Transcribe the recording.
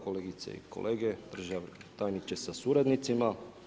Kolegice i kolege, državni tajniče sa suradnicima.